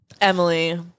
Emily